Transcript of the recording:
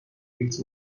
ایدز